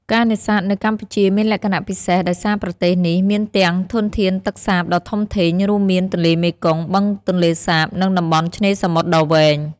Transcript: ការនេសាទនៅកម្ពុជាមានលក្ខណៈពិសេសដោយសារប្រទេសនេះមានទាំងធនធានទឹកសាបដ៏ធំធេង រួមមាន ទន្លេមេគង្គ បឹងទន្លេសាប និងតំបន់ឆ្នេរសមុទ្រដ៏វែង។